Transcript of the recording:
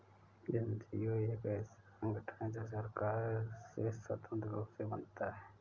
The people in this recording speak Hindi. एन.जी.ओ एक ऐसा संगठन है जो सरकार से स्वतंत्र रूप से बनता है